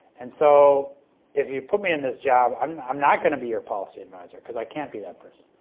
and so if you put me in this job, i'm i'm not going to be your policy advisor, because i can't be that person.